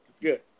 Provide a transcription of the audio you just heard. Good